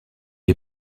est